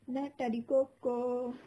nata de coco